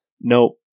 no